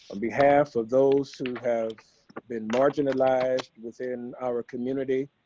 and behalf of those who have been marginalized within our community.